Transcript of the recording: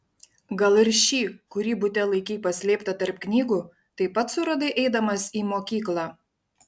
gal ir šį kurį bute laikei paslėptą tarp knygų taip pat suradai eidamas į mokyklą